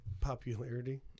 popularity